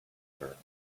her